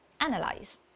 analyze